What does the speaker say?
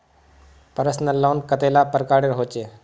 Personal loan कतेला प्रकारेर होचे?